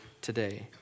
today